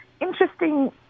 interesting